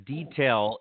Detail